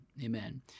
Amen